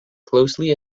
closely